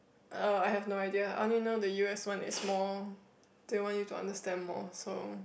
oh I have no idea I only know the u_s one is more they want you to understand more